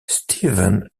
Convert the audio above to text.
steven